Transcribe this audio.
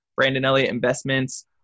brandonelliotinvestments